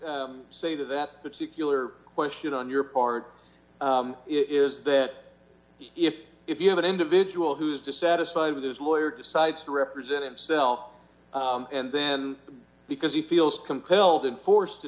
say to that particular question on your part is that if if you have an individual who is dissatisfied with his lawyer decides to represent himself and then because he feels compelled and forced to